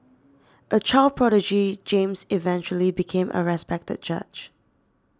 a child prodigy James eventually became a respected judge